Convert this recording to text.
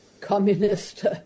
communist